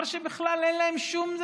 אמר שבכלל אין להם שום,